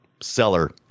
Seller